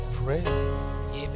pray